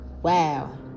Wow